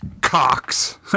Cox